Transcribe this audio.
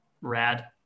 Rad